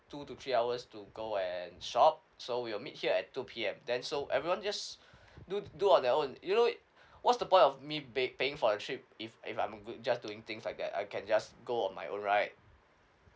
two to three hours to go and shop so we'll meet here at two P_M then so everyone just do do on their own you know what's the point of me pay~ paying for a trip if if I'm do just doing things like that I can just go on my own right